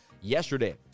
yesterday